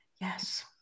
Yes